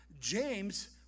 James